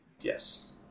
Yes